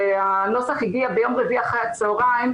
כשהנוסח הגיע ביום רביעי אחר הצוהריים,